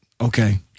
Okay